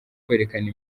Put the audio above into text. kwerekana